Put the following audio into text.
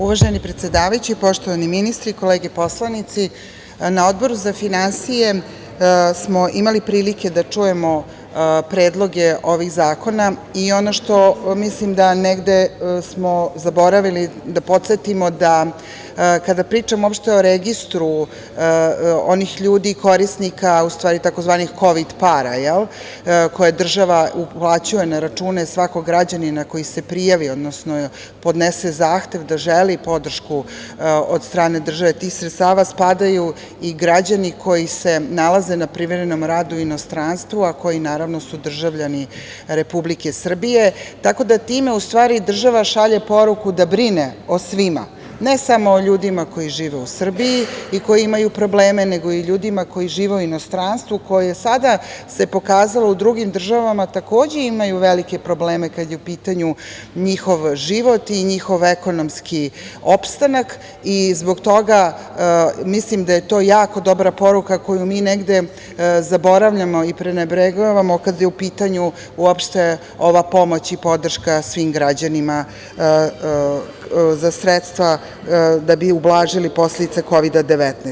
Uvaženi predsedavajući, poštovani ministri, kolege poslanici, na Odboru za finansije smo imali prilike da čujemo predloge ovih zakona i ono što mislim da negde smo zaboravili da podsetimo da kada pričamo uopšte o registru onih ljudi korisnika tzv. kovid para, koje država uplaćuje na račune svakog građanina koji se prijavio, odnosno podnese zahtev da želi podršku od strane države, tih sredstava, spadaju i građani koji se nalaze na privremenom rad u inostranstvu, a koji su državljani Republike Srbije, tako da time u stvari država šalje poruku da brine o svima, a ne samo o ljudima koji žive u Srbiji i koji imaju probleme, nego i ljudima koji žive u inostranstvu, koji, sada se pokazalo, u drugim državama takođe imaju velike probleme kada je u pitanju njihov život i njihov ekonomski opstanak i zbog toga mislim da je to jako dobra poruka koju mi negde zaboravljamo i prenebregavamo kada je u pitanju uopšte ova pomoć i podrška svim građanima za sredstva da bi ublažili posledice Kovida-19.